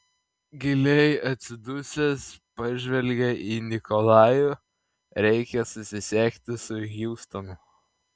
giliai atsidusęs pažvelgė į nikolajų reikia susisiekti su hjustonu